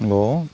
hello